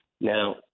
Now